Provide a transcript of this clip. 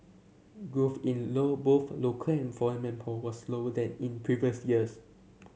growth in low both manpower was slower than in previous years